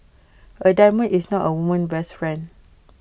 A diamond is not A woman's best friend